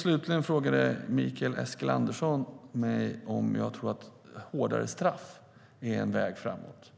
Slutligen frågade Mikael Eskilandersson mig om jag tror att hårdare straff är en väg framåt.